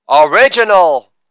original